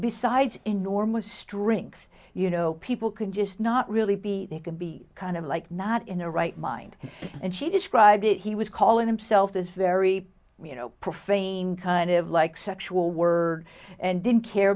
besides enormous strength you know people can just not really be they can be kind of like not in their right mind and she described it he was calling himself as very you know profane kind of like sexual words and didn't care